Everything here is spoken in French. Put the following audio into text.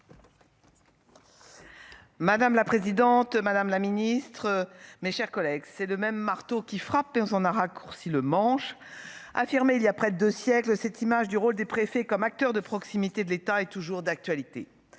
Madame la présidente, madame la ministre, mes chers collègues, c'est le même marteau qui frappe et on a raccourci le manche affirmer il y a près de 2 siècles, cette image du rôle des préfets comme acteur de proximité de l'État est toujours d'actualité,